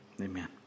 Amen